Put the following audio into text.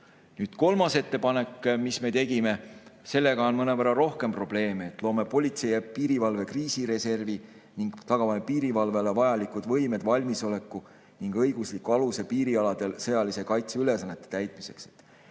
Kolmanda ettepanekuga, mis me tegime, on mõnevõrra rohkem probleeme: "Loome politsei‑ ja piirivalve kriisireservi ning tagame piirivalvele vajalikud võimed ja valmisoleku ning õigusliku aluse piirialadel sõjalise kaitse ülesannete täitmiseks."